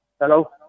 Hello